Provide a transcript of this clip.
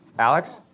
Alex